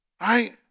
Right